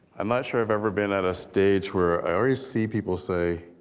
i'm not sure i've ever been at a stage where i already see people say,